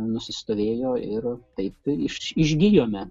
nusistovėjo ir taip iš išgijome